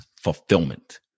fulfillment